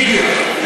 בדיוק.